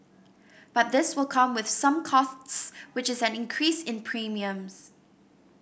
but this will come with some costs which is an increase in premiums